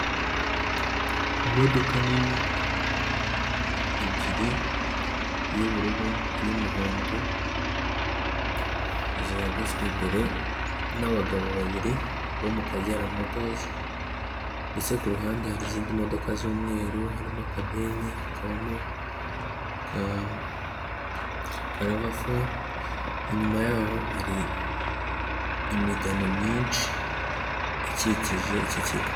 Imodoka nini ebyiri iy'ubururu, iy'umuhondo zihagazwe imbere n'abagabo babiri bo mu Kagera motozi ndetse ku ruhande hari izindi modoka z'umweru, harimo akabeni, hakabamo akarava fo, inyuma yaho hari imigano myinshi ikikije iki kigo.